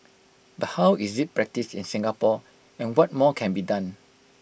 but how is IT practised in Singapore and what more can be done